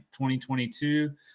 2022